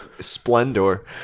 splendor